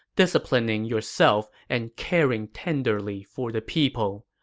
disciplining yourself and caring tenderly for the people.